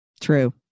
True